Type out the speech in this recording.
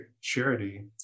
Charity